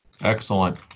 Excellent